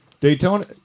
Daytona